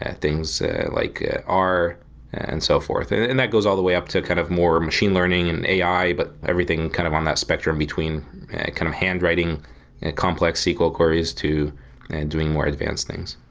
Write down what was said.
things like r and so forth, and and that goes all the way up to kind of more machine learning and ai, but everything kind of on that spectrum between kind of handwriting complex sql queries to and doing more advanced things.